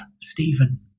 Stephen